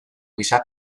gisa